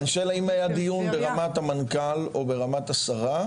אני שואל אם היה דיון ברמת המנכ"ל או ברמת השרה?